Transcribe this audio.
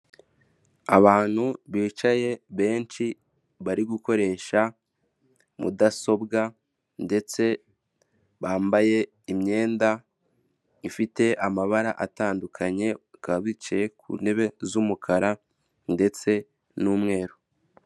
Abantu bicaye benshi bari gukoresha mudasobwa ndetse bambaye imyenda ifite amabara atandukanye, bakaba bicaye ku ntebe z'umukara ndetse n'umweru.